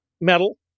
metal